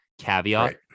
caveat